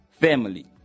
family